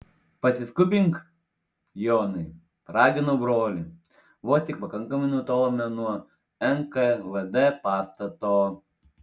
pasiskubink jonai paraginau brolį vos tik pakankamai nutolome nuo nkvd pastato